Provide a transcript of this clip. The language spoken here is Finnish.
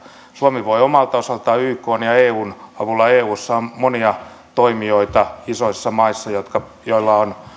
suomi voi omalta osaltaan ykn ja eun avulla toimia eussa on monia toimijoita isoissa maissa joilla on